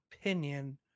opinion